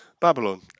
Babylon